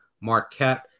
Marquette